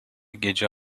gece